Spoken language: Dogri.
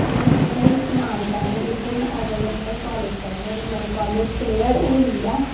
में तुसें ई सनाना चाह्न्नी में तुस दिक्खो अगर में कॉलेज करा नीं अगर मेरा कॉलेज क्लीयर होई गेआ